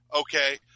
okay –